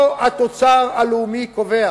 לא התוצר הלאומי קובע.